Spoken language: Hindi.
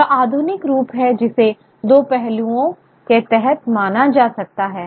यह आधुनिक रूप है जिसे दो पहलुओं के तहत माना जा सकता है